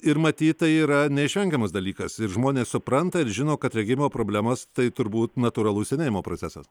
ir matyt tai yra neišvengiamas dalykas ir žmonės supranta ir žino kad regėjimo problemos tai turbūt natūralus senėjimo procesas